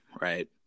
right